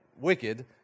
wicked